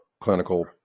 clinical